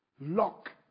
Lock